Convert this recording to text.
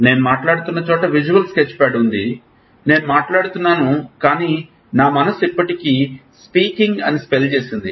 నేను మాట్లాడుతున్న చోట విజువల్ స్కెచ్ప్యాడ్ ఉంది నేను మాట్లాడుతున్నాను కాని నా మనస్సు ఇప్పటికే స్పీకింగ్ అని స్పెల్ చేసింది